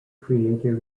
creator